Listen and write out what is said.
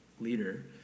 leader